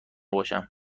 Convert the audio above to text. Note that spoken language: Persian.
باشم